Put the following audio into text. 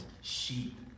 sheep